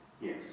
Yes